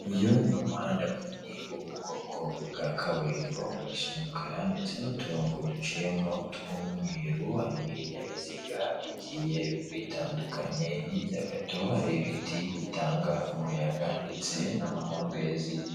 Uyu ni umuhanda munini wo mu bwoko bwa kaburimbo urasa umukara ndetse n'uturongo duciyemo tw'umweru harimo ibinyabiziga bigiye bitandukanye, hirya gato hari ibiti bitanga umuyaga ndetse n'amahumbezi.